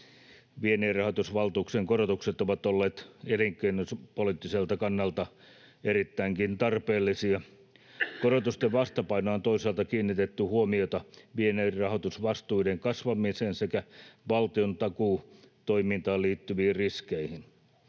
Vienninrahoitusvaltuuksien korotukset ovat olleet elinkeinopoliittiselta kannalta erittäinkin tarpeellisia. Korotusten vastapainona on toisaalta kiinnitetty huomiota vienninrahoitusvastuiden kasvamiseen sekä valtion takuutoimintaan liittyviin riskeihin.